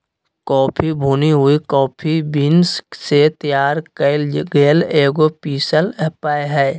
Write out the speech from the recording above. coffee भुनी हुई coffee beans से तैयार कइल गेल एगो पीसल पेय हइ